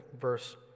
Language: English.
verse